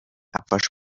abwasch